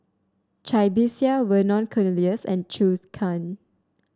Cai Bixia Vernon Cornelius and Zhou Can